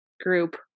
group